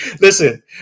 Listen